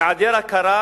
היעדר הכרה